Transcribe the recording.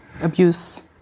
abuse